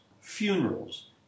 funerals